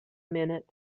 minute